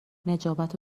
نجابت